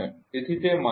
તેથી તે માઇનસ છે